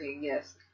Yes